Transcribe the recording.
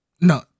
no